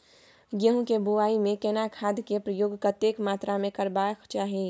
गेहूं के बुआई में केना खाद के प्रयोग कतेक मात्रा में करबैक चाही?